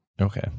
Okay